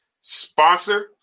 sponsor